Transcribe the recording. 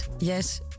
Yes